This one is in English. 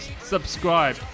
subscribe